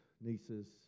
nieces